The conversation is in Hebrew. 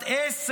בת 10,